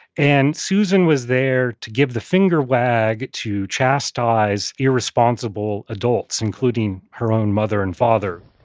and susan was there to give the finger wag to chastise irresponsible adults, including her own mother and father